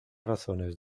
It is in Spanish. razones